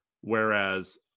Whereas